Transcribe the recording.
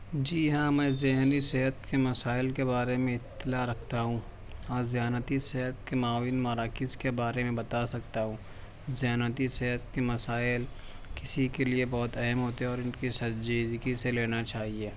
جی ہاں میں ذہنی صحت کے مسائل کے بارے میں اطلاع رکھتا ہوں اور ذہانتی صحت کے معاون مراکز کے بارے میں بتا سکتا ہوں ذہانتی صحت کے مسائل کسی کے لیے بہت اہم ہوتے ہیں اور ان کی سنجیدگی سے لینا چاہیے